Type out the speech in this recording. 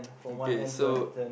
okay so